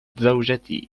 زوجتي